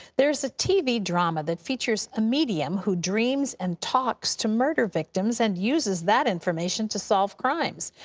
there's a tv drama that features a medium who dreams and talks to murder victims and uses that information to solve crimes.